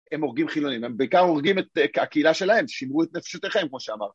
הם הורגים חילונים, הם בעיקר הורגים את הקהילה שלהם, שימרו את נפשותיכם כמו שאמרתי